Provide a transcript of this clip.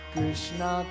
Krishna